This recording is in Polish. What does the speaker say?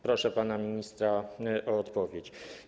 Proszę pana ministra o odpowiedź.